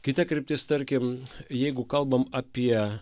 kita kryptis tarkim jeigu kalbam apie